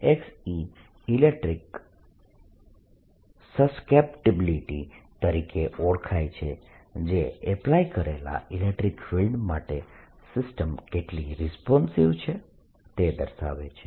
e electric susceptibility તરીકે ઓળખાય છે જે એપ્લાય કરેલા ઇલેક્ટ્રીક ફિલ્ડ માટે સિસ્ટમ કેટલી રિસ્પોન્સિવ છે તે દર્શાવે છે